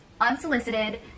unsolicited